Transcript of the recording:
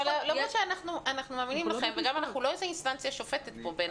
אנחנו מאמינים לכם וגם אנחנו לא איזה אינסטנציה שופטת פה.